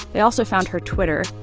they also found her twitter,